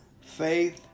faith